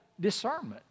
discernment